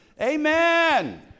Amen